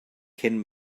cyn